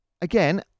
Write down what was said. Again